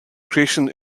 creation